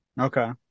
okay